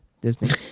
Disney